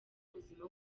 ubuzima